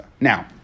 Now